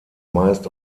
meist